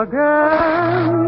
Again